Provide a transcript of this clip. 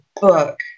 book